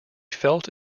felt